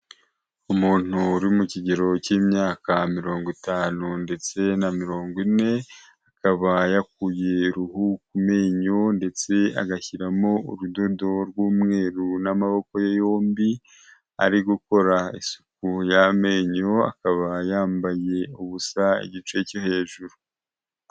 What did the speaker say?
Umuntu uri mu kigero cy'imyaka mirongo itanu ndetse na mirongo ine, akaba yakuye uruhu ku menyo ndetse agashyiramo urudodo rw'umweru n'amaboko ye yombi, ari gukora isuku y'amenyo, akaba yambaye ubusa igice cyo hejuru.